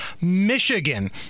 Michigan